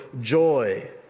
joy